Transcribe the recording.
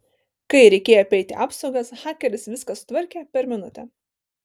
kai reikėjo apeiti apsaugas hakeris viską sutvarkė per minutę